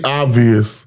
obvious